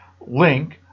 link